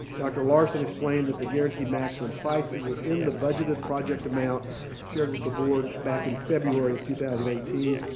dr. larson explained that the guaranteed maximum price is within the budgeted project amount shared with the board back in february of two thousand and eighteen.